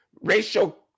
racial